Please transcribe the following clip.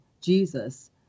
Jesus